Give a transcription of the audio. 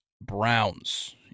Browns